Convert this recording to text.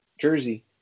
jersey